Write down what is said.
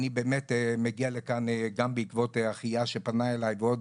אני באמת מגיע לכאן גם בעקבות אחיה שפנה אליי ועוד